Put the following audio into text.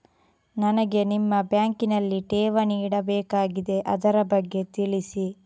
ನನಗೆ ನಿಮ್ಮ ಬ್ಯಾಂಕಿನಲ್ಲಿ ಠೇವಣಿ ಇಡಬೇಕಾಗಿದೆ, ಅದರ ಬಗ್ಗೆ ತಿಳಿಸಿ